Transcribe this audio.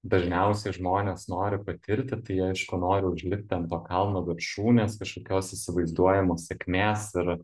dažniausiai žmonės nori patirti tai jie aišku nori užlipti ant to kalno viršūnės kažkokios įsivaizduojamos sėkmės ir